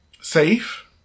safe